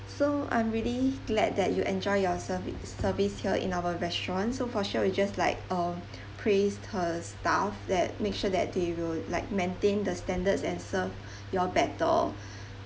so I'm really glad that you enjoy your service service here in our restaurant so for sure we just like uh praised her staff that make sure that they will like maintain the standards and serve you all better